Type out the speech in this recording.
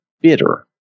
bitter